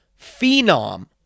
phenom